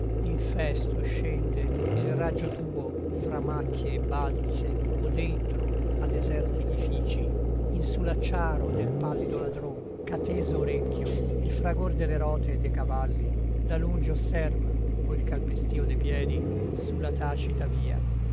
reina infesto scende il raggio tuo fra macchie e balze o dentro a deserti edifici in su l'acciaro del pallido ladron ch'a teso orecchio il fragor delle rote e de cavalli da lungi osserva o il calpestio de piedi su la tacita via